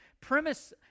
premise